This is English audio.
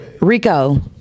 Rico